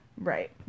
Right